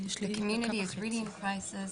הקהילה במשבר,